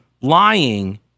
lying